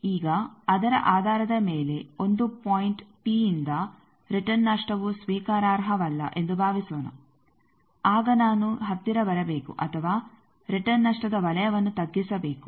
ಈಗ ಅದರ ಆಧಾರದ ಮೇಲೆ 1 ಪಾಯಿಂಟ್ ಪಿಯಿಂದ ರಿಟರ್ನ್ ನಷ್ಟವು ಸ್ವೀಕಾರಾರ್ಹವಲ್ಲ ಎಂದು ಭಾವಿಸೋಣ ಆಗ ನಾನು ಹತ್ತಿರ ಬರಬೇಕು ಅಥವಾ ರಿಟರ್ನ್ ನಷ್ಟದ ವಲಯವನ್ನು ತಗ್ಗಿಸಬೇಕು